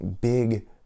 big